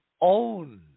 own